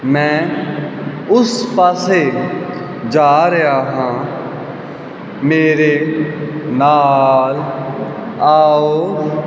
ਮੈਂ ਉਸ ਪਾਸੇ ਜਾ ਰਿਹਾ ਹਾਂ ਮੇਰੇ ਨਾਲ ਆਓ